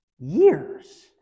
years